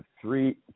three